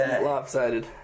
Lopsided